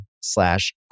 slash